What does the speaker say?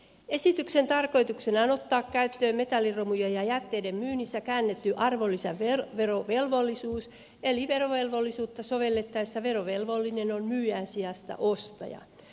esityksen tarkoituksena on ottaa käyttöön metalliromujen ja jätteiden myynnissä käännetty arvonlisäverovelvollisuus eli verovelvollisuutta sovellettaessa verovelvollinen on myyjän sijasta ostaja